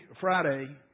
Friday